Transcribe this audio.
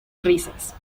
risas